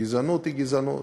גזענות היא גזענות.